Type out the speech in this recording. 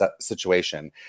situation